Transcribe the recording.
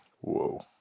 whoa